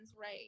right